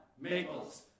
Maples